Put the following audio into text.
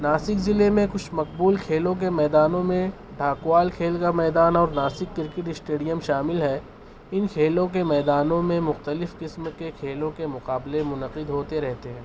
ناسک ضلعے میں کچھ مقبول کھیلوں کے میدانوں میں ڈھاکوال کھیل کا میدان اور ںاسک کرکٹ اسٹیڈیم شامل ہے ان کھیلوں کے میدانوں میں مختلف قسم کے کھیلوں کے مقابلے منعقد ہوتے رہتے ہیں